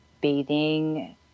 bathing